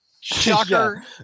Shocker